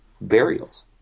burials